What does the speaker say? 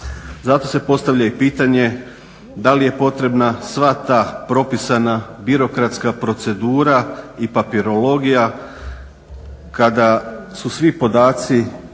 Zato se i postavlja pitanje da li je potrebna sva ta propisana birokratska procedura i papirologija kada su svi podaci